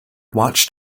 watched